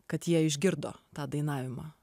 kad jie išgirdo tą dainavimą